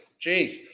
Jeez